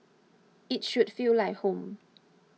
it should feel like home